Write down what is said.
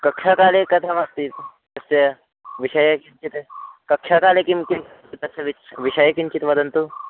कक्षाकाले कथमस्ति तस्य विषये किञ्चित् कक्षाकाले किं किं तस्य विषये विषये किञ्चित् वदन्तु